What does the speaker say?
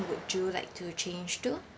would you like to change to